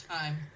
time